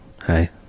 Hi